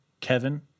Kevin